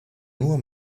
nur